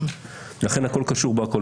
לכן הכול קשור בהכול.